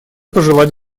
пожелать